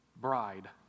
bride